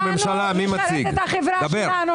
אני אומרת שאנחנו נשרת את החברה שלנו,